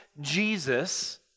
Jesus